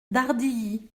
dardilly